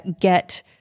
get